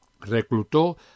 Reclutó